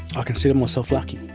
i consider myself lucky.